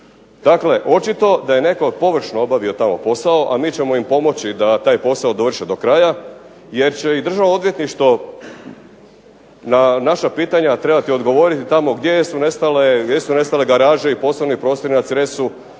Dakle očito da je netko površno obavio tamo posao, a mi ćemo im pomoći da taj posao dovrše do kraja, jer će i Državno odvjetništvo na naša pitanja trebati odgovoriti tamo gdje su nestale garaže i poslovni prostori na Cresu,